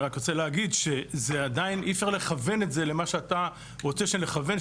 אני רק רוצה להגיד שאי אפשר לכוון את זה למה שאתה רוצה שנכוון ,